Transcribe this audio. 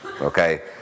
Okay